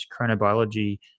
chronobiology